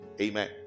amen